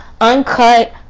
uncut